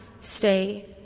stay